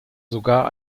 sogar